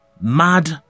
mad